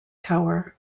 tower